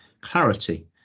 clarity